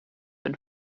and